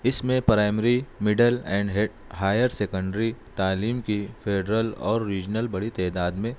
اس میں primary middle and head higher secondary تعلیم کی فیڈرل اور ریجنل بڑی تعداد میں